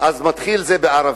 אז זה מתחיל בערבים,